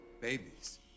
Babies